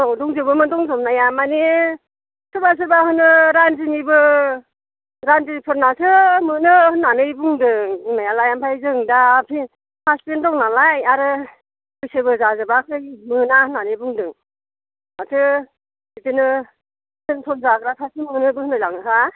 औ दंजोबो मोन दंजोबनाया माने सोरबा सोरबा होनो रान्दिनिबो रान्दिफोरनासो मोनो होननानै बुंदों बुंनायालाय आमफाय जों दा हासबेन्द दं नालाय आरो बैसोबो जाजोबाखै मोना होन्नानै बुंदों माथो बिदिनो फेन्सन जाग्राफ्रासो मोनोबो होनलाय लाङो